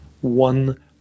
One